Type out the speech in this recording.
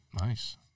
Nice